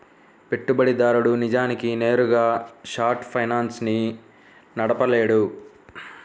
పెట్టుబడిదారుడు నిజానికి నేరుగా షార్ట్ ఫైనాన్స్ ని నడపలేడు